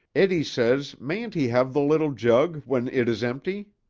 eddy says mayn't he have the little jug when it is empty?